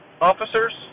officers